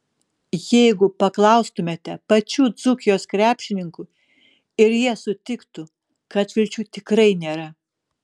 jeigu paklaustumėte pačių dzūkijos krepšininkų ir jie sutiktų kad vilčių tikrai nėra